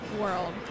world